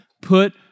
Put